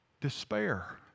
despair